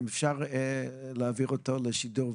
אפשר להעביר אותו לשידור?